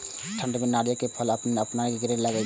ठंड में नारियल के फल अपने अपनायल गिरे लगए छे?